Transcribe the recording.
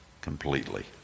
completely